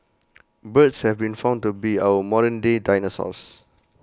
birds have been found to be our modern day dinosaurs